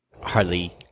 hardly